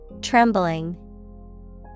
Trembling